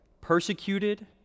persecuted